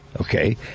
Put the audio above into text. Okay